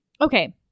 Okay